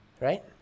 right